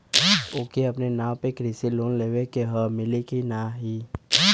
ओके अपने नाव पे कृषि लोन लेवे के हव मिली की ना ही?